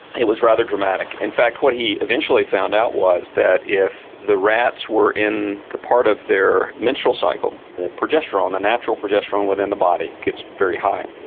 it was rather dramatic in fact what he eventually found out was that if the rats were in the part of their menstrual cycle the progesterone, the natural progesterone within the body gets very high.